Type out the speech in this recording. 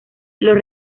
los